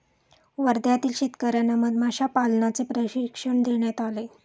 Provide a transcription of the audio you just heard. वर्ध्यातील शेतकर्यांना मधमाशा पालनाचे प्रशिक्षण देण्यात आले